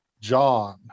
John